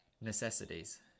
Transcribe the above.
necessities